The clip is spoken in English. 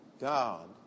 God